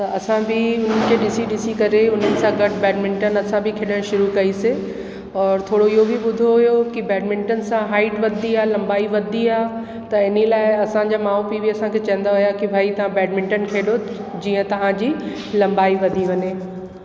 त असां बि हुन खे ॾिसी ॾिसी करे उन्हनि सां गॾु बैडमिंटन असां बि खेॾणु शुरू कईसीं और थोरो इहो बि ॿुधियो हुयो कि बैडमिंटन सां हाइट वधंदी आहे लंबाई वधंदी आहे त हिन लाइ असांजो माउ पीउ बि असांखे चईंदा हुया कि भई तव्हां बैडमिंटन खेॾो जीअं तव्हां जी लंबाई वधी वञे